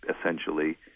essentially